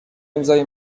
امضای